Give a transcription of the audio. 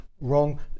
wrong